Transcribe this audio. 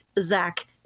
Zach